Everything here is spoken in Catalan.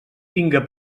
tinga